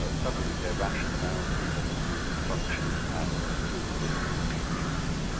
ah suddenly their rationality doesn't seem to function as good as it used to.